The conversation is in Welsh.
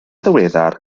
ddiweddar